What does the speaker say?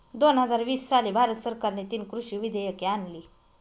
दोन हजार वीस साली भारत सरकारने तीन कृषी विधेयके आणली